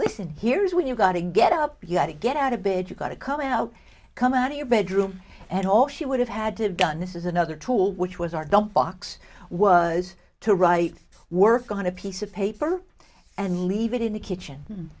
listen here's what you got to get up you had to get out of bed you got to come out come out of your bedroom and all she would have had to have done this is another tool which was our don't box was to write work on a piece of paper and leave it in the kitchen